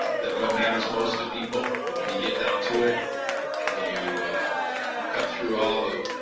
that what matters most to people when you get down to it and you cut through all the,